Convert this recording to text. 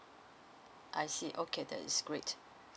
I see okay that is great